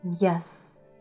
yes